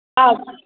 हा